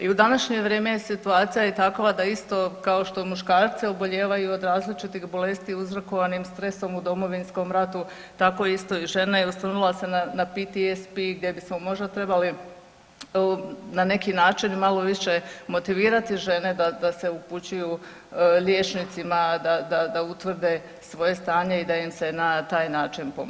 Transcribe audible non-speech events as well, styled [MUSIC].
I u današnje vrijeme situacija je takva da isto kao što muškarci obolijevaju od različitih bolesti uzrokovanim stresom u Domovinskom ratu, tako isto i žene, ... [UNINTELLIGIBLE] na PTSP gdje bismo možda trebali na neki način i malo više motivirati žene da se upućuju liječnicima da utvrde svoje stanje i da im se na taj način pomogne.